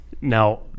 Now